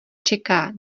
čeká